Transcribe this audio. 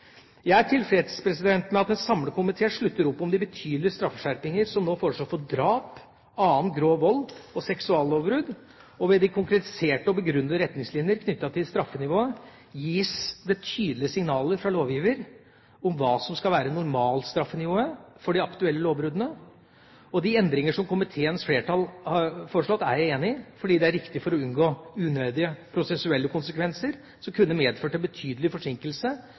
Jeg er tilfreds med at en samlet komité slutter opp om de betydelige straffeskjerpinger som nå foreslås for drap, annen grov vold og seksuallovbrudd. Ved de konkretiserte og begrunnede retningslinjene knyttet til straffenivået gis det tydelige signaler fra lovgiver om hva som skal være normalstraffnivået for de aktuelle lovbruddene. De endringer som komiteens flertall har foreslått, er jeg enig i, fordi de er riktige for å unngå unødige prosessuelle konsekvenser som kunne medført en betydelig forsinkelse